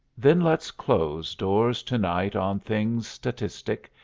then let's close doors to-night on things statistic,